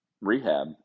rehab